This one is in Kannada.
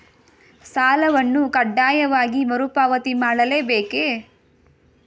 ಸಾಲವನ್ನು ಕಡ್ಡಾಯವಾಗಿ ಮರುಪಾವತಿ ಮಾಡಲೇ ಬೇಕೇ?